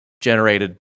generated